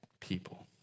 people